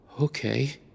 Okay